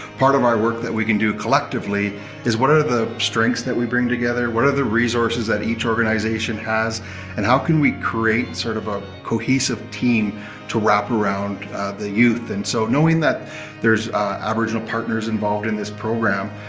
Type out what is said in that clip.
part of our work that we can do collectively is what are the strengths that we bring together? what are the resources that each organization has and how can we create sort of a cohesive team to wrap around the youth and so knowing that there are aboriginal partners involved in this program,